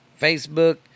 Facebook